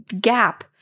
Gap